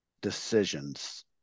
decisions